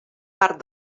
part